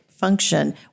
function